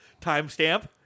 Timestamp